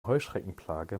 heuschreckenplage